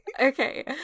Okay